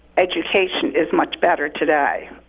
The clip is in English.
education is much better today?